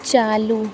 चालू